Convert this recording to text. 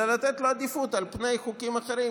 אלא לתת לו עדיפות על פני חוקים אחרים,